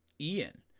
Ian